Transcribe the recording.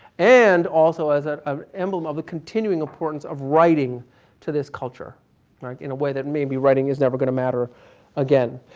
and also as an ah emblem of the continuing importance of writing to this culture in a way that maybe writing is never going to matter again.